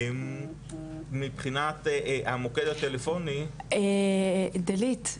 מבחינת המוקד הטלפוני --- דלית,